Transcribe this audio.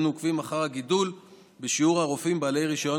אנו עוקבים אחרי הגידול בשיעור הרופאים בעלי רישיון